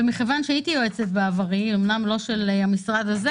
ומכיוון שהייתי יועצת בעברי אומנם לא של המשרד הזה